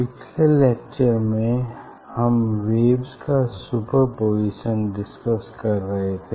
पिछले लेक्चर में हम वेव्स का सुपरपोज़िशन डिसकस कर रहे थे